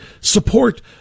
support